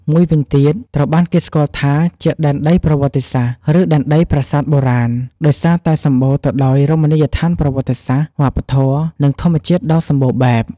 មួយវិញទៀត ត្រូវបានគេស្គាល់ថាជា "ដែនដីប្រវត្តិសាស្ត្រ" ឬ "ដែនដីប្រាសាទបុរាណ" ដោយសារតែសម្បូរទៅដោយរមណីយដ្ឋានប្រវត្តិសាស្ត្រ វប្បធម៌ និងធម្មជាតិដ៏សំបូរបែប។